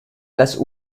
las